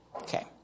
Okay